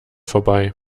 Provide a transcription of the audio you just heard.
vorbei